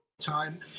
time